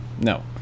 No